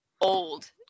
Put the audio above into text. old